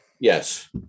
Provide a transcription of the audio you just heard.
yes